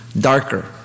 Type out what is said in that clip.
darker